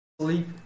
sleep